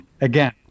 Again